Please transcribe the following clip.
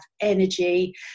energy